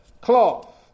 Cloth